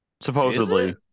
Supposedly